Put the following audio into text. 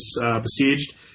Besieged